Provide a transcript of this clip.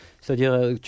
c'est-à-dire